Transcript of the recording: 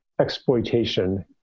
exploitation